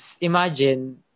imagine